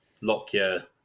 Lockyer